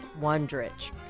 Wondrich